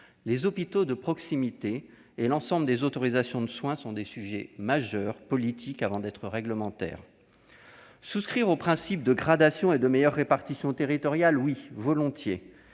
Les hôpitaux de proximité et l'ensemble des autorisations de soins sont des sujets majeurs, politiques avant d'être réglementaires. Nous souscrivons volontiers au principe de gradation et de meilleure répartition territoriale. Mais il convient